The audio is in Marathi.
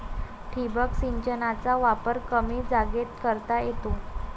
ठिबक सिंचनाचा वापर कमी जागेत करता येतो